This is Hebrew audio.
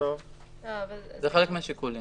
זה חלק מהשיקולים.